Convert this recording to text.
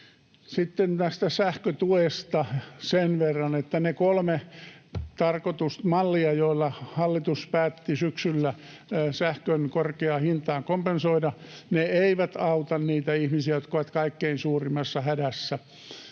Sitten tästä sähkötuesta sen verran, että ne kolme mallia, joilla hallitus päätti syksyllä sähkön korkeaa hintaa kompensoida, eivät auta niitä ihmisiä, jotka ovat kaikkein suurimmassa hädässä.